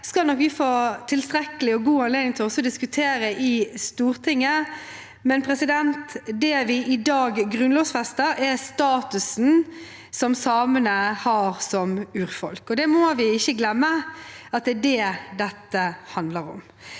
det skal vi nok få tilstrekkelig og god anledning til også å diskutere i Stortinget, men det vi i dag grunnlovfester, er statusen samene har som urfolk. Vi må ikke glemme at det er det dette handler om.